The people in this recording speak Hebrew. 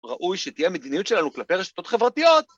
ראוי שתהיה מדיניות שלנו כלפי הרשתות החברתיות